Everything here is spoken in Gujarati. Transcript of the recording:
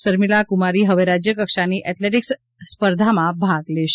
શર્મિલા કુમારી હવે રાજ્ય કક્ષાની એથ્લેટીક્સ સ્પર્ધામાં ભાગ લેશે